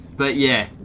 but yeah,